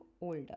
older